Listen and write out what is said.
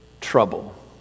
trouble